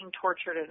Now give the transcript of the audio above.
tortured